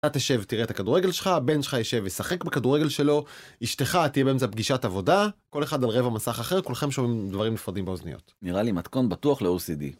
אתה תשב תראה את הכדורגל שלך, הבן שלך ישב וישחק בכדורגל שלו, אשתך תהיה באמצע פגישת עבודה, כל אחד על רבע המסך אחר, כולכם שומעים דברים נפרדים באוזניות, נראה לי מתכון בטוח ל ocd